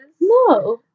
No